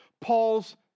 Paul's